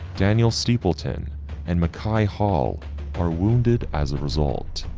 daniel steepleton and makai hall are wounded as a result.